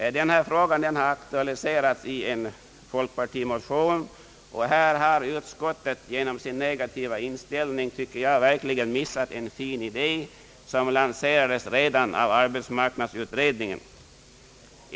Denna fråga har aktualiserats i en folkpartimotion. Här har utskottet genom sin negativa inställning verkligen missat en fin idé, som lanserades redan av arbetsmarknadsutredningen.